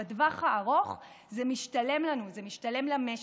בטווח הארוך זה משתלם לנו, זה משתלם למשק,